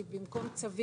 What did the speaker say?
זה נכון בכל